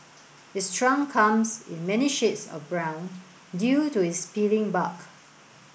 its trunk comes in many shades of brown due to its peeling bark